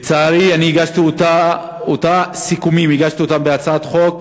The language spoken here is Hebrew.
לצערי, אני הגשתי אותם סיכומים בהצעת חוק.